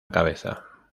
cabeza